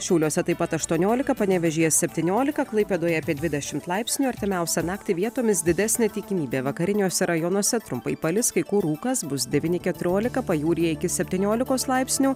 šiauliuose taip pat aštuoniolika panevėžyje septyniolika klaipėdoje apie dvidešimt laipsnių artimiausią naktį vietomis didesnė tikimybė vakariniuose rajonuose trumpai palis kai kur rūkas bus devyni keturiolika pajūryje iki septyniolikos laipsnių